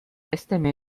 өстәмә